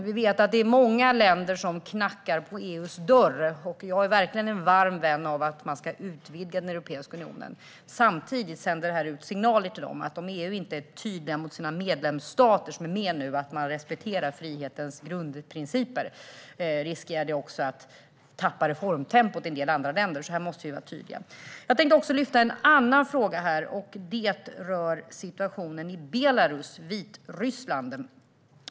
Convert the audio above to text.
Vi vet att det är många länder som knackar på EU:s dörr, och jag är verkligen en varm vän av att utvidga Europeiska unionen. Samtidigt sänder det här ut signaler till de länderna. Om EU inte är tydligt mot sina medlemsstater om att respektera frihetens grundprinciper finns det risk att en del andra länder tappar reformtempot. Jag tänkte ta upp en annan fråga här. Den rör situationen i Belarus, Vitryssland.